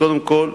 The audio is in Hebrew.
קודם כול,